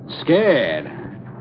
scared